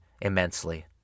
immensely